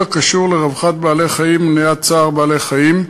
הקשור לרווחת בעלי-חיים ומניעת צער בעלי-חיים,